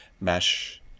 Mesh